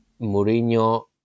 Mourinho